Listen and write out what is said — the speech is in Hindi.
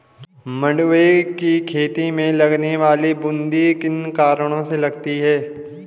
मंडुवे की खेती में लगने वाली बूंदी किन कारणों से लगती है?